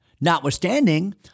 Notwithstanding